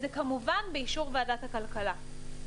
זה כמובן באישור ועדת הכלכלה.